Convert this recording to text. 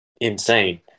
insane